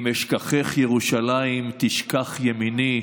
"אם אשכחך ירושלים תשכח ימיני",